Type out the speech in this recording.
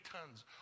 tons